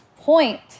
point